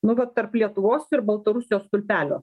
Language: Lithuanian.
nu vat tarp lietuvos ir baltarusijos stulpelio